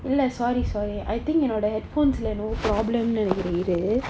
இல்ல:illa sorry sorry I think என்னோட:ennoda head phones lah என்னவோ:ennavo problem னு நெனைக்குரன் இரு:nu nenaikkuran iru